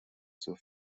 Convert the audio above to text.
zur